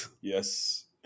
yes